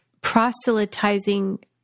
proselytizing